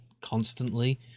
constantly